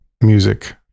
music